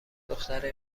دختره